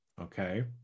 okay